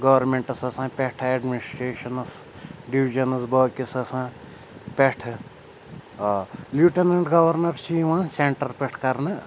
گورمٮ۪نٛٹَس آسان پٮ۪ٹھٕ ایٚڈمِنِسٹرٛیشَنَس ڈِوِجَنٕس باقٕیَس آسان پٮ۪ٹھٕ آ لیوٗٹَنٛٹ گورنَر چھِ یِوان سٮ۪نٹَر پٮ۪ٹھ کَرنہٕ